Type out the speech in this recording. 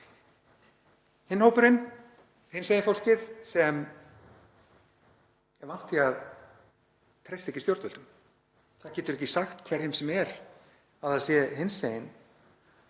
Hinn hópurinn, hinsegin fólkið, er fólk sem er vant því að treysta ekki stjórnvöldum. Það getur ekki sagt hverjum sem er að það sé hinsegin.